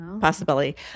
possibility